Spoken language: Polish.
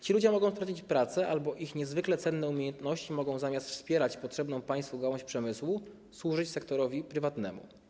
Ci ludzie mogą stracić pracę albo ich niezwykle cenne umiejętności zamiast wspierać potrzebną państwu gałąź przemysłu mogą służyć sektorowi prywatnemu.